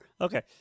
Okay